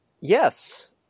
Yes